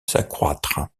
s’accroître